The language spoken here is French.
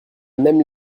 même